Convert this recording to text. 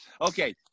Okay